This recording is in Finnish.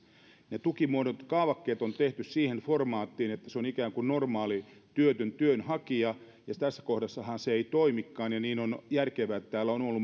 näissä tukimuodoissa kaavakkeet on tehty siihen formaattiin että on ikään kuin normaali työtön työnhakija ja tässä kohdassahan se ei toimikaan ja niin on järkevää että täällä on muun